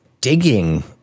digging